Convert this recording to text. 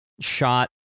shot